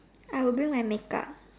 I will bring my make up